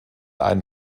einen